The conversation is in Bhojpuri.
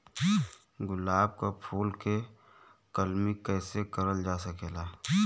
गुलाब क फूल के कलमी कैसे करल जा सकेला?